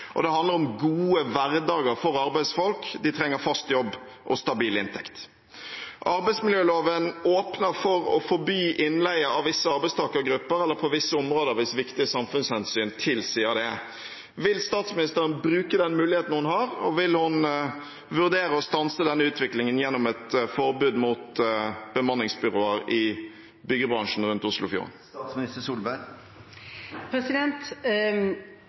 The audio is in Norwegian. og det handler om gode hverdager for arbeidsfolk. De trenger fast jobb og stabil inntekt. Arbeidsmiljøloven åpner for å forby innleie av visse arbeidstakergrupper, eller på visse områder, hvis viktige samfunnshensyn tilsier det. Vil statsministeren bruke den muligheten hun har, og vil hun vurdere å stanse denne utviklingen gjennom et forbud mot bemanningsbyråer i byggebransjen rundt Oslofjorden?